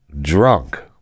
drunk